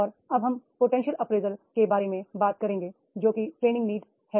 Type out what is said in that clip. और अब हम पोटेंशियल अप्रेजल के बारे में बात करेंगे जोकि ट्रे निंग नीड एसेसमेंट है